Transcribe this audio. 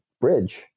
bridge